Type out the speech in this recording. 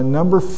Number